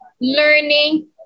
learning